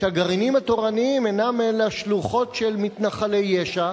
שהגרעינים התורניים אינם אלא שלוחות של מתנחלי יש"ע